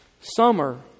Summer